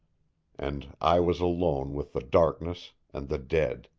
and i was alone with the darkness and the dead.